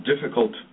difficult